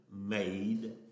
made